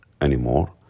anymore